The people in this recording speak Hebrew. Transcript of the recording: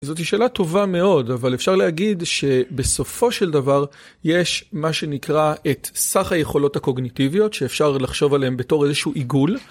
זאת שאלה טובה מאוד אבל אפשר להגיד שבסופו של דבר יש מה שנקרא את סך היכולות הקוגניטיביות שאפשר לחשוב עליהן בתור איזשהו עיגול.